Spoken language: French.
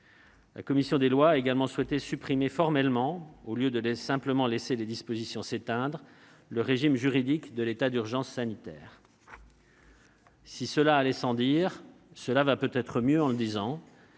la commission des lois. Cette dernière a également souhaité supprimer formellement, au lieu de simplement laisser les dispositions s'éteindre, le régime juridique de l'état d'urgence sanitaire. Si cela allait sans dire, cela va peut-être mieux en le disant.